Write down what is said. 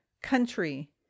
country